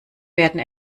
werden